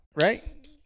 Right